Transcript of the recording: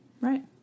Right